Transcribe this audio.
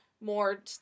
more